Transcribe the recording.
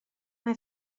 mae